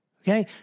Okay